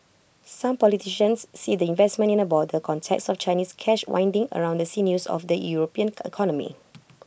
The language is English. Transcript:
some politicians see the investment in A broader context of Chinese cash winding around the sinews of the european economy